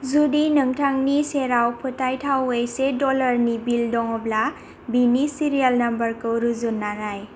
जुदि नोंथांनि सेराव फोथायथावै से डॉलरनि बिल दङब्ला बिनि सीरियाल नम्बरखौ रुजुनना नाय